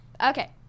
Okay